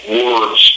words